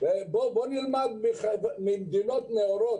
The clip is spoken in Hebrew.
בואו נלמד ממדינות נאורות.